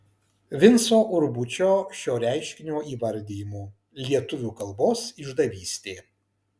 vinco urbučio šio reiškinio įvardijimu lietuvių kalbos išdavystė